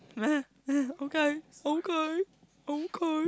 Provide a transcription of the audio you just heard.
okay okay okay